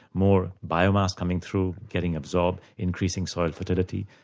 more biomass coming through getting absorbed, increasing soil fertility.